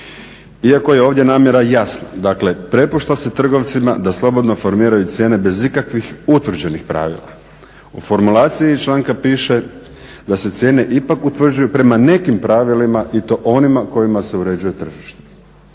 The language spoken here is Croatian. Iako je ovdje namjera jasna. Dakle, prepušta se trgovcima da slobodno formiraju cijene bez ikakvih utvrđenih pravila. U formulaciji članka piše da se cijene ipak utvrđuju prema nekim pravilima i to onima kojima se uređuje tržište.